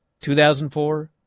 2004